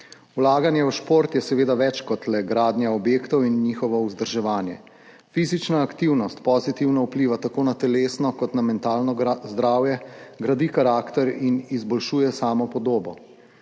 Vlaganje v šport je seveda več kot le gradnja objektov in njihovo vzdrževanje. Fizična aktivnost pozitivno vpliva tako na telesno kot na mentalno zdravje, gradi karakter in izboljšuje samopodobo.